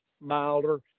milder